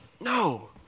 No